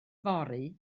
fory